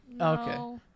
Okay